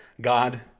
God